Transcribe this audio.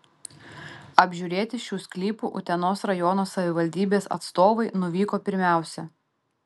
apžiūrėti šių sklypų utenos rajono savivaldybės atstovai nuvyko pirmiausia